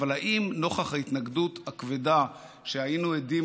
אבל האם נוכח ההתנגדות הכבדה שהיינו עדים